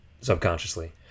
subconsciously